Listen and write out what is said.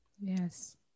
Yes